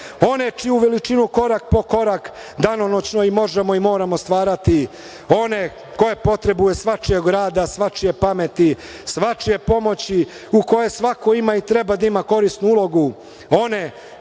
one čije veličinu korak po korak danonoćno i možemo i moramo stvarati, one koja potrebuje svačijeg rada, svačije pameti, svačije pomoći, u kojoj svako ima i treba da ima korisnu ulogu,